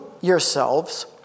yourselves